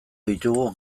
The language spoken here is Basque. ditugu